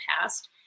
past